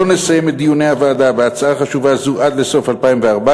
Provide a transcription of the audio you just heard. לא נסיים את דיוני הוועדה בהצעה חשובה זו עד לסוף 2014,